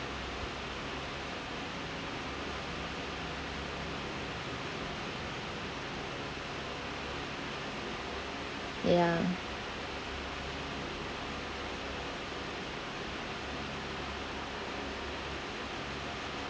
ya